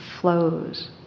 flows